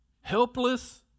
helpless